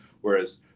Whereas